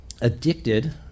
addicted